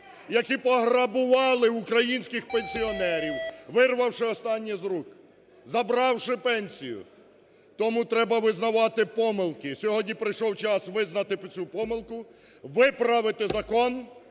які пограбували українських пенсіонерів, вирвавши останнє з рук, забравши пенсію. Тому треба визнавати помилки. Сьогодні прийшов час визнати цю помилку, виправити закон,